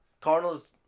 Cardinals